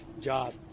job